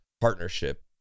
partnership